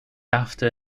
after